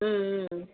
ம் ம் ம்